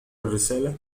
الرسالة